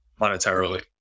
monetarily